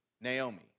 Naomi